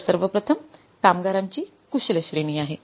तर सर्वप्रथम कामगारांची कुशल श्रेणी आहे